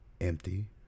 empty